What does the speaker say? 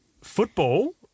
football